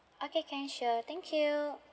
okay can sure thank you